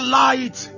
light